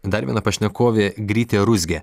dar viena pašnekovė grytė ruzgė